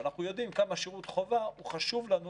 ואנחנו יודעים כמה שירות חובה הוא חשוב לנו